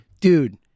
Dude